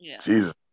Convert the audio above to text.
Jesus